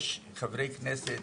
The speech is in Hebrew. יש חברי כנסת